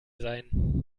sein